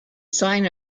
sign